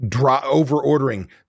over-ordering